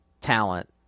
talent